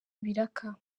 ibiraka